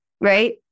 right